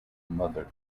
mother